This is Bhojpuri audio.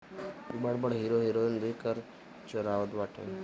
बड़ बड़ हीरो हिरोइन भी कर चोरावत बाटे